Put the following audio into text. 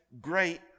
great